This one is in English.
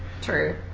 true